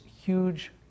huge